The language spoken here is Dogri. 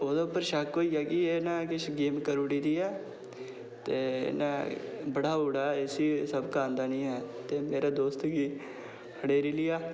ओह्दे पर शक्क होई गेआ कि इ'न्नै किश गेम करी ओड़ी ऐ ते इ'न्नै बठाई ओड़ेआ इस्सी सबक औंदा निं ऐ ते मेरे दोस्त गी खड़ेरी लेआ